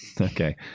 Okay